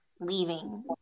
leaving